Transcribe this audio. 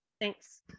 Thanks